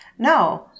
No